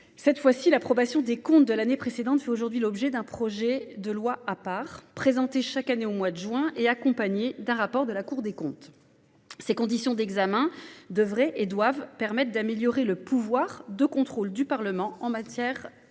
à l’automne, l’approbation des comptes de l’année précédente fait aujourd’hui l’objet d’un projet de loi à part, présenté chaque année au mois de juin et accompagné d’un rapport de la Cour des comptes. Ces conditions d’examen doivent améliorer le pouvoir de contrôle du Parlement en matière de